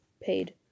paid